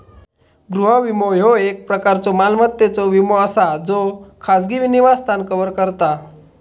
गृह विमो, ह्यो एक प्रकारचो मालमत्तेचो विमो असा ज्यो खाजगी निवासस्थान कव्हर करता